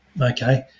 okay